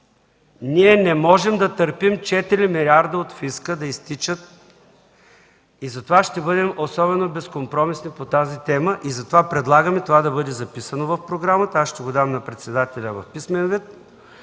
Ние не можем да търпим 4 милиарда от фиска да изтичат и затова ще бъдем особено безкомпромисни по тази тема. Предлагаме това да бъде записано в програмата, ще го дам на председателя в писмен вид.